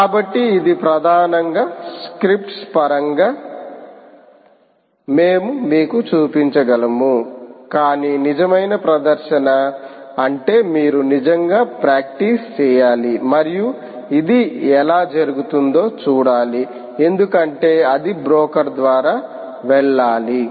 కాబట్టి ఇది ప్రధానంగా స్క్రిప్ట్ల పరంగా మేము మీకు చూపించగలము కానీ నిజమైన ప్రదర్శన అంటే మీరు నిజంగా ప్రాక్టీస్ చేయాలి మరియు ఇది ఎలా జరుగుతుందో చూడాలి ఎందుకంటే అది బ్రోకర్ ద్వారా వెళ్ళాలి